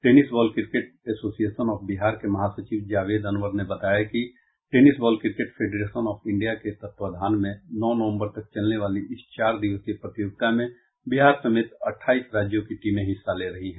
tennis ball cricket association of Bihar के महासचिव जावेद अनवर ने बताया कि tennis ball cricket federation of India के तत्वाधान में नौ नवम्बर तक चलने वाली इस चार दिवसीय प्रतियोगिता में बिहार समेत अट्ठाइस राज्यों की टीमें हिस्सा ले रही हैं